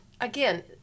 again